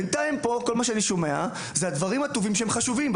בינתיים כל מה שאני שומע הוא שהדברים הטובים חשובים.